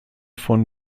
von